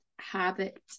habit